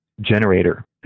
Generator